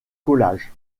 collages